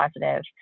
positive